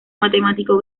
matemático